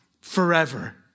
forever